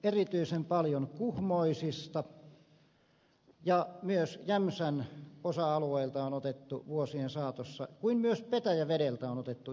erityisen paljon kuhmoisista ja myös jämsän osa alueelta on otettu vuosien saatossa kuin myös petäjävedeltä on otettu yhteyttä